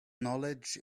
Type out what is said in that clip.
knowledge